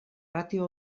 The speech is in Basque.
ratio